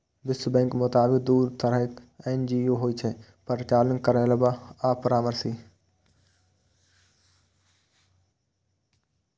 विश्व बैंकक मोताबिक, दू तरहक एन.जी.ओ होइ छै, परिचालन करैबला आ परामर्शी